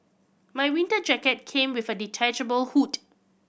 my winter jacket came with a detachable hood